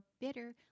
bitter